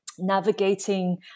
Navigating